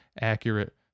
accurate